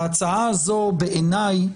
ההצעה הזו בעיניי